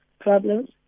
problems